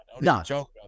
No